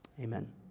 Amen